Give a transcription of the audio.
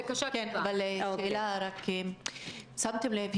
שמתם לב,